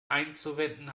einzuwenden